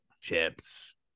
Chips